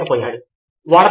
కనుక ఇది ఇక్కడ ప్రాథమిక ఊహ